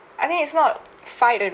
I think it's not fight and